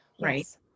right